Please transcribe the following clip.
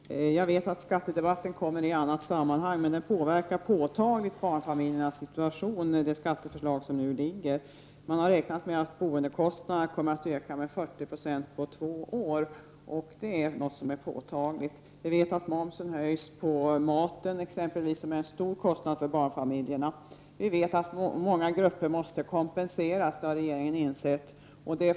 Herr talman! Jag vet att skattedebatten skall komma i ett senare sammanhang. Men det skatteförslag som nu föreligger påverkar påtagligt barnfamiljernas situation. Man har räknat med att boendekostnaderna kommer att öka med 40 2 på 2 år. Det är något som är påtagligt. Vi vet också att momsen på maten skall höjas, vilket är en stor kostnad för barnfamiljerna. Regeringen har insett att många grupper måste kompenseras.